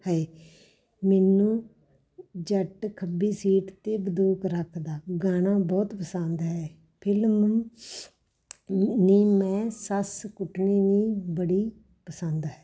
ਹੈ ਮੈਨੂੰ ਜੱਟ ਖੱਬੀ ਸੀਟ ਤੇ ਬੰਦੂਕ ਰੱਖਦਾ ਗਾਣਾ ਬਹੁਤ ਪਸੰਦ ਹੈ ਫਿਲਮ ਨੀ ਮੈਂ ਸੱਸ ਕੁੱਟਣੀ ਵੀ ਬੜੀ ਪਸੰਦ ਹੈ